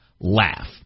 laugh